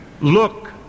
Look